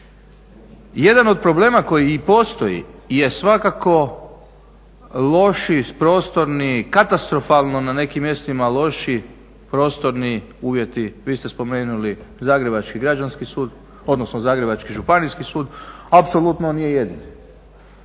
Jedan od problema koji i postoji je svakako loši prostorni katastrofalno na nekim mjestima lošiji prostorni uvjeti. Vi ste spomenuli Zagrebački građanski sud, odnosno Zagrebački Županijski sud. Apsolutno on nije jedini.